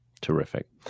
Terrific